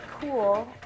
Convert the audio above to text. cool